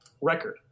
record